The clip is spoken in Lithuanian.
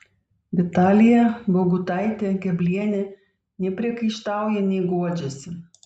vitalija bogutaitė keblienė nei priekaištauja nei guodžiasi